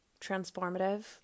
transformative